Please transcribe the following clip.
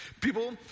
People